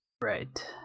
Right